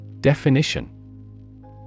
Definition